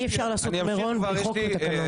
אי אפשר לעשות את מירון בלי חוק ותקנות.